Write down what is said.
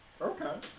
Okay